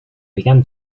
began